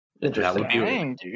Interesting